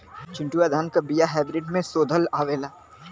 चिन्टूवा धान क बिया हाइब्रिड में शोधल आवेला?